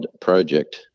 project